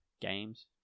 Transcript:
Games